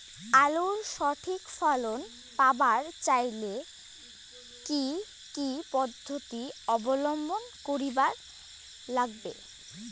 আলুর সঠিক ফলন পাবার চাইলে কি কি পদ্ধতি অবলম্বন করিবার লাগবে?